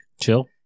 chill